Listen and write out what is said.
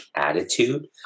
attitude